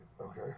Okay